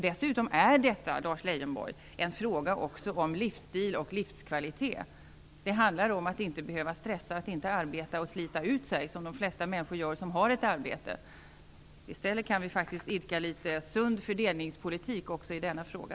Dessutom är detta, Lars Leijonborg, en fråga också om livsstil och livskvalitet. Det handlar om att inte behöva stressa, arbeta och slita ut sig som de flesta människor som har ett arbete gör. I stället kan vi faktiskt idka litet sund fördelningspolitik också i denna fråga.